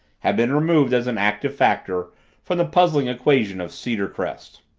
had been removed as an active factor from the puzzling equation of cedarcrest.